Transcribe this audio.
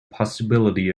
possibility